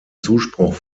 zuspruch